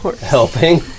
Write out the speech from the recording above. helping